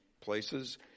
places